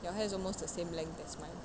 your hair is almost the same length as mine